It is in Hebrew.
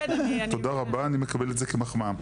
תודה רבה, אני מקבל את זה כמחמאה.